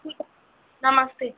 ठीक है नमस्ते